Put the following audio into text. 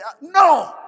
No